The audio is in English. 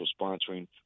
sponsoring